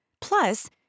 Plus